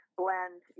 blend